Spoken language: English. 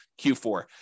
Q4